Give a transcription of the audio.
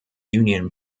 union